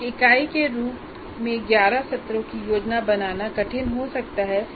एक इकाई के रूप में 11 सत्रों की योजना बनाना कठिन हो सकता है